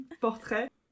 Portrait